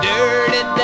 Dirty